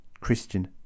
Christian